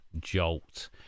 jolt